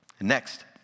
Next